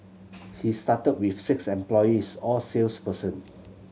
he started with six employees all sales person